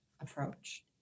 approach